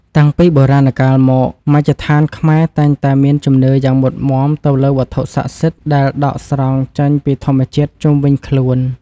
តាំងពីបុរាណកាលមកមជ្ឈដ្ឋានខ្មែរតែងតែមានជំនឿយ៉ាងមុតមាំទៅលើវត្ថុស័ក្តិសិទ្ធិដែលដកស្រង់ចេញពីធម្មជាតិជុំវិញខ្លួន។